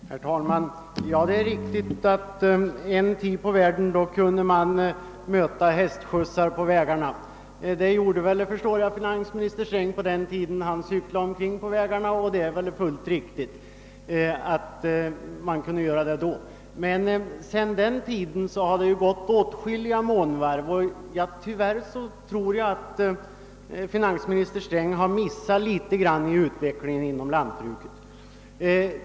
Herr talman! Det är riktigt att man en tid på världen kunde möta hästskjutsar på vägarna. Jag förstår att finansminister Sträng gjorde det på den tiden då han cyklade omkring i landet. Sedan den tiden har det emellertid gått åtskilliga månvarv. Jag tror att finansminister Sträng tyvärr har missat litet grand av utvecklingen inom lantbruket.